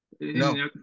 No